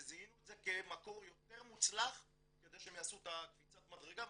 וזיהינו את זה כמקור יותר מוצלח כדי שהם יעשו את קפיצת המדרגה,